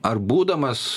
ar būdamas